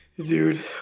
Dude